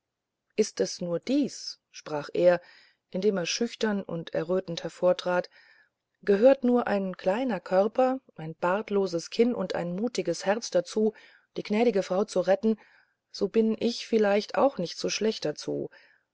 ist es nur dies sprach er indem er schüchtern und errötend hervortrat gehört nur ein kleiner körper ein bartloses kinn und ein mutiges herz dazu die gnädige frau zu retten so bin ich vielleicht auch nicht zu schlecht dazu